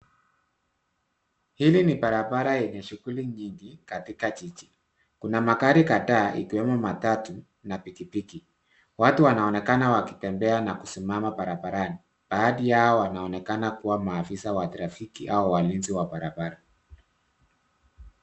Hili ni barabara yenye shughuli nyingi katika jiji. Kuna magari kadhaa ikiwemo matatu na pikipiki. Watu wanaonekana wakitembea na kusimama barabarani, baadhi yao wanaonekana kuwa maafisa wa trafiki au walinzi wa barabara.